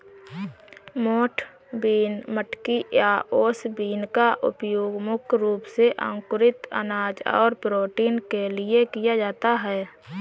मोठ बीन, मटकी या ओस बीन का उपयोग मुख्य रूप से अंकुरित अनाज और प्रोटीन के लिए किया जाता है